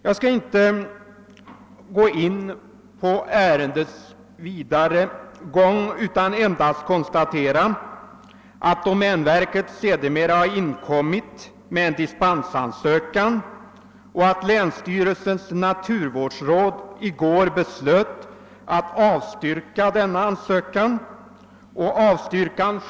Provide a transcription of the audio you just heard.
Jag skall inte gå in på ärendets vidare gång utan vill endast konstatera att domänverket sedermera har inkommit med en dispensansökan, vilken länsstyrelsens naturvårdsråd i går av principiella skäl beslöt att avstyrka.